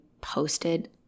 posted